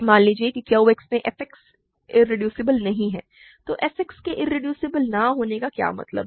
मान लीजिए कि Q X में f X इरेड्यूसिबल नहीं है तो f के इरेड्यूसिबल न होने का क्या मतलब है